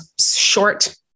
short